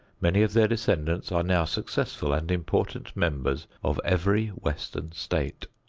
many of their descendants are now successful and important members of every western state.